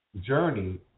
journey